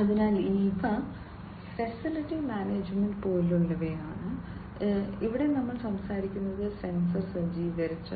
അതിനാൽ ഇവ facility management പോലെയുള്ളവയാണ് ഇവിടെ നമ്മൾ സംസാരിക്കുന്നത് സെൻസർ സജ്ജീകരിച്ച